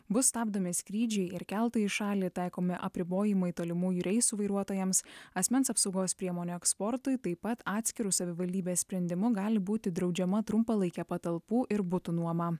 bus stabdomi skrydžiai ir keltai į šalį taikomi apribojimai tolimųjų reisų vairuotojams asmens apsaugos priemonių eksportui taip pat atskiru savivaldybės sprendimu gali būti draudžiama trumpalaikė patalpų ir butų nuoma